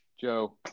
Joe